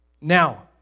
Now